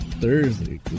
thursday